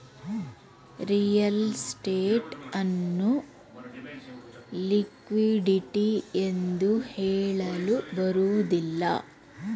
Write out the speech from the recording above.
real estate ಅನ್ನು liquidity ಎಂದು ಹೇಳಲು ಬರುವುದಿಲ್ಲ